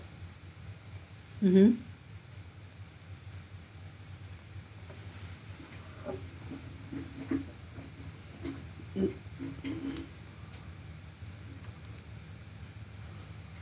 mmhmm